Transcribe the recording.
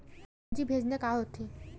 पूंजी भेजना का होथे?